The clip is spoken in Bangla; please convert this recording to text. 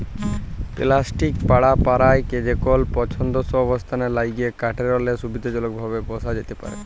পেলাস্টিক পাটা পারায় যেকল পসন্দসই অবস্থালের ল্যাইগে কাঠেরলে সুবিধাজলকভাবে বসা যাতে পারহে